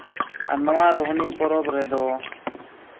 ᱟᱨ ᱱᱚᱣᱟ ᱨᱳᱦᱱᱤ ᱯᱚᱨᱚᱵᱽ ᱨᱮᱫᱚ